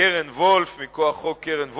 קרן וולף מכוח חוק קרן וולף,